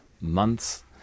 months